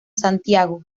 santiago